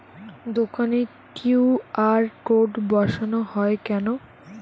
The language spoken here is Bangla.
দোকানে কিউ.আর কোড বসানো হয় কেন?